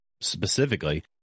specifically